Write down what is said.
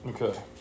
Okay